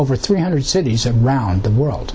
over three hundred cities around the world